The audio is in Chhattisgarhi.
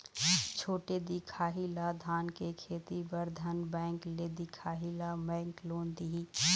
छोटे दिखाही ला धान के खेती बर धन बैंक ले दिखाही ला बैंक लोन दिही?